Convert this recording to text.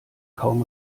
kaum